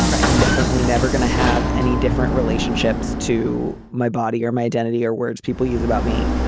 i'm definitely never going to have any different relationships to my body or my identity or words people use about me.